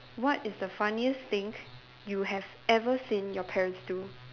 what is the funniest thing you have ever seen your parents do